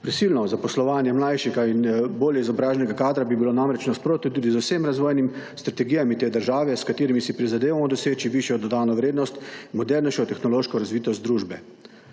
Prisilno zaposlovanje mlajšega in bolje izobraženega kadra bi bilo namreč v nasprotju tudi z vsemi razvojnimi strategijami te države, s katerimi si prizadevamo doseči višjo dodano vrednost, modernejšo tehnološko razvitost družbe.